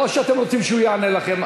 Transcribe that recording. או שאתם רוצים שהוא יענה לכם,